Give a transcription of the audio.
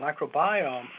microbiome